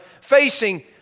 facing